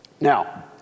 Now